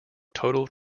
total